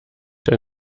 der